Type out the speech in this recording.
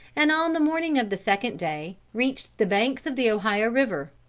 and on the morning of the second day reached the banks of the ohio river.